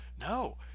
No